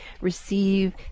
receive